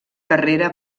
carrera